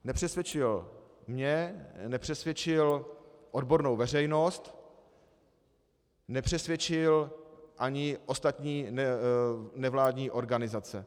Nepřesvědčil mě, nepřesvědčil odbornou veřejnost, nepřesvědčil ani ostatní nevládní organizace.